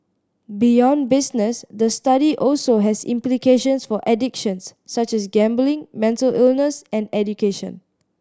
beyond business the study also has implications for addictions such as gambling mental illness and education